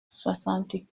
soixante